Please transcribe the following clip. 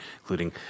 including